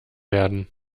werden